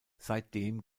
seitdem